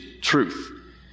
truth